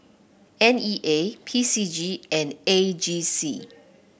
N E A P C G and A G C